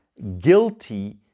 guilty